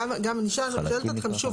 אני שואלת אתכם שוב,